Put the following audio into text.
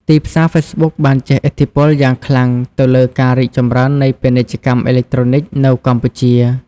ទីផ្សារហ្វេសប៊ុកបានជះឥទ្ធិពលយ៉ាងខ្លាំងទៅលើការរីកចម្រើននៃពាណិជ្ជកម្មអេឡិចត្រូនិកនៅកម្ពុជា។